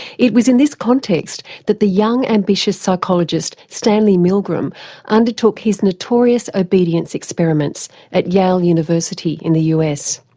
it was in this context that the young ambitious psychologist stanley milgram undertook his notorious obedience experiments at yale university in the us.